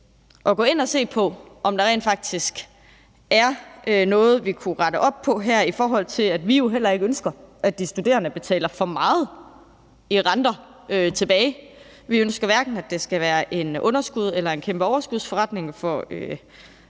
at gå ind at se på, om der rent faktisk er noget, vi kunne rette op på her, i forhold til at vi jo heller ikke ønsker, at de studerende betaler for meget tilbage i renter. Vi ønsker hverken, at det skal være en underskudsforretning eller en kæmpe overskudsforretning for staten,